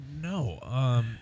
No